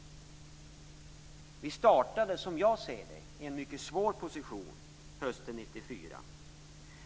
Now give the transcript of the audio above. Som jag ser det startade vi i en mycket svår position hösten 1994.